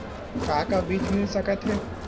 का का बीज मिल सकत हे?